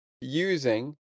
using